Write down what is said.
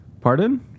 Pardon